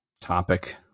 topic